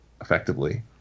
effectively